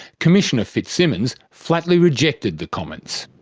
commissioner fitzsimmons flatly rejected the comments.